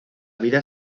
vida